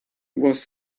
was